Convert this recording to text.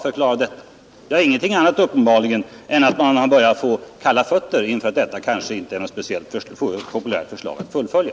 Uppenbarligen ingenting annat än att man börjat få kalla fötter vid tanken på att detta kanske inte är något speciellt populärt förslag att fullfölja.